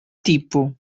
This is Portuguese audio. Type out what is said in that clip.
tipo